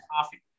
coffee